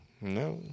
No